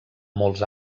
molts